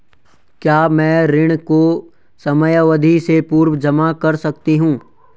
क्या मैं ऋण को समयावधि से पूर्व जमा कर सकती हूँ?